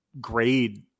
Grade